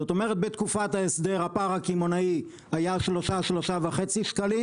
זאת אומרת בתקופת ההסדר הפער הקמעונאי היה שלושה-שלושה וחצי שקלים